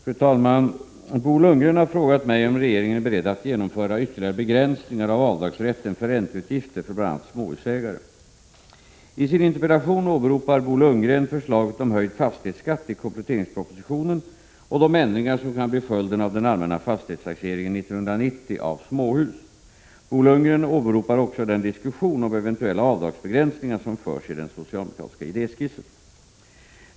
Fru talman! Bo Lundgren har frågat mig om regeringen är beredd att genomföra ytterligare begränsningar av avdragsrätten för ränteutgifter för bl.a. småhusägare. I sin interpellation åberopar Bo Lundgren förslaget om höjd fastighetsskatt i kompletteringspropositionen och de ändringar som kan bli följden av den allmänna fastighetstaxeringen 1990 av småhus. Bo Lundgren åberopar också den diskussion om eventuella avdragsbegränsningar som förs i den socialdemokratiska idéskissen.